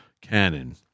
canon